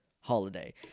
holiday